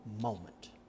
moment